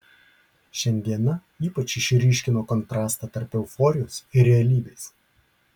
šiandiena ypač išryškino kontrastą tarp euforijos ir realybės